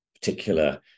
particular